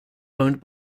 owned